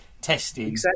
testing